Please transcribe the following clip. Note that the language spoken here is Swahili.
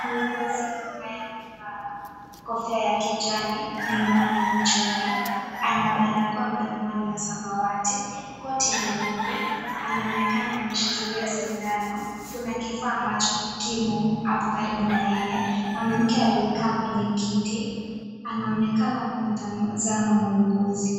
Muuguzi ambaye amevaa kofia ya kijani, miwani machoni, ana barakoa mdomoni ya samawati, koti nyeupe, anaonekana ameshikilia sindano. Kuna kifaa ambacho kimo hapo karibu na yeye. Mwanamke aliyekaa kwenye kiti anaonekana kumtazama muuguzi.